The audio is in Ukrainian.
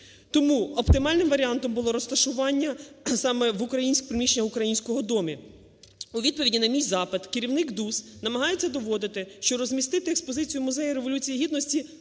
Тому оптимальним варіантом було розташування саме в приміщенні "Українського дому". У відповіді на мій запит керівник ДУС намагається доводити, що розмістити експозицію Музею Революції Гідності